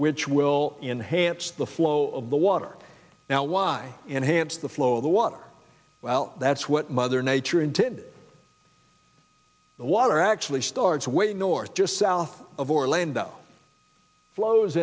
which will enhance the flow of the water now why enhance the flow of the water well that's what mother nature intended the water actually starts way north just south of orlando flows